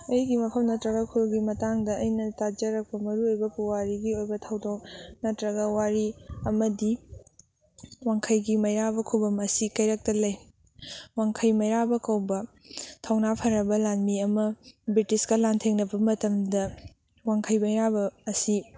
ꯑꯩꯒꯤ ꯃꯐꯝ ꯅꯠꯇ꯭ꯔꯒ ꯈꯨꯜꯒꯤ ꯃꯇꯥꯡꯗ ꯑꯩꯅ ꯇꯥꯖꯔꯛꯄ ꯃꯔꯨꯑꯣꯏꯕ ꯄꯨꯋꯥꯔꯤꯒꯤ ꯑꯣꯏꯕ ꯊꯧꯗꯣꯛ ꯅꯠꯇ꯭ꯔꯒ ꯋꯥꯔꯤ ꯑꯃꯗꯤ ꯋꯥꯡꯈꯩꯒꯤ ꯃꯩꯔꯥꯕ ꯈꯨꯕꯝ ꯑꯁꯤ ꯀꯩꯔꯛꯇ ꯂꯩ ꯋꯥꯡꯈꯩ ꯃꯩꯔꯥꯕ ꯀꯧꯕ ꯊꯧꯅꯥ ꯐꯔꯕ ꯂꯥꯟꯃꯤ ꯑꯃ ꯕ꯭ꯔꯤꯇꯤꯁꯀ ꯂꯥꯟꯊꯦꯡꯅꯕ ꯃꯇꯝꯗ ꯋꯥꯡꯈꯩ ꯃꯩꯔꯥꯕ ꯑꯁꯤ